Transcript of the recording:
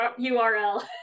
URL